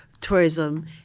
tourism